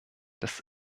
des